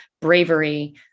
bravery